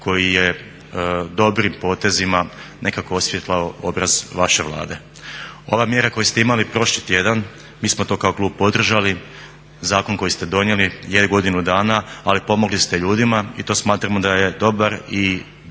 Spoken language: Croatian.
koji je dobrim potezima nekako osvjetlao obraz vaše Vlade. Ova mjera koju ste imali prošli tjedan mi smo to kao klub podržali, zakon koji ste donijeli, je godinu dana ali pomogli ste ljudima i to smatramo da je dobar i